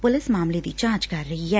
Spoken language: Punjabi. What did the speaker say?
ਪੁਲਿਸ ਮਾਮਲੇ ਦੀ ਜਾਂਚ ਕਰ ਰਹੀ ਐ